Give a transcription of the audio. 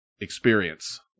experience